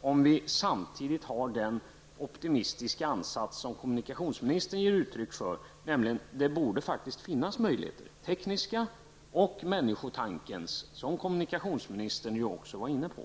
om vi samtidigt har den optimistiska ansats som kommunikationsministern ger uttryck för nämligen att det borde finnas möjligheter, tekniska och människotankens, som kommunikationsministern också var inne på.